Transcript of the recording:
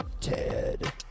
Ted